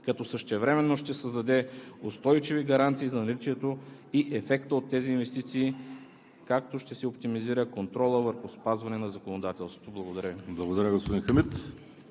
като същевременно ще създаде устойчиви гаранции за наличието и ефекта от тези инвестиции, както ще се оптимизира и контролът върху спазване на законодателството.“ Благодаря